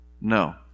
No